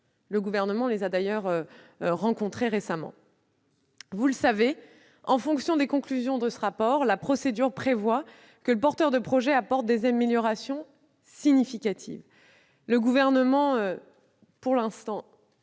Le Gouvernement les a d'ailleurs rencontrés récemment. Je le sais ! En fonction des conclusions de ce rapport, la procédure prévoit que le porteur de projet apporte des améliorations significatives. Le Gouvernement n'a pas, pour l'instant,